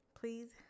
please